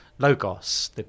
Logos